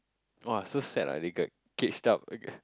!wah! so sad ah they got caged up ah